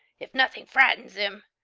if nothing frightens him,